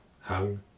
hung